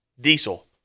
Diesel